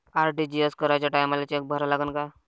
RTGS कराच्या टायमाले cheque भरा लागन का?